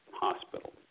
hospital